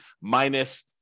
minus